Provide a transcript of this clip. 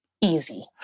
easy